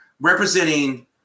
representing